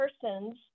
person's